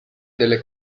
delle